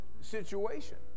situation